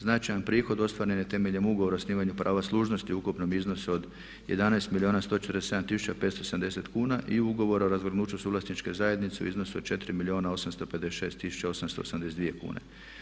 Značajan prihod ostvaren je temeljem ugovora o osnivanju prava služnosti u ukupnom iznosu od 11 milijuna 147 tisuća 570 kuna i ugovor o razvrgnuću suvlasničke zajednice u iznosu od 4 milijuna 856 tisuća 882 kune.